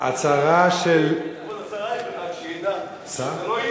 הצרה של, כבוד השר, רק שידע שזה לא אישי.